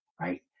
right